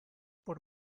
por